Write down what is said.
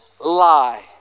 lie